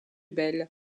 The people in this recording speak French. belle